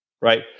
Right